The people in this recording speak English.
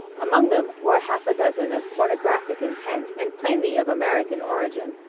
among them were half a dozen of pornographic intent and plainly of american origin,